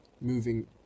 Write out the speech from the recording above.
moving